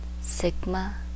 sigma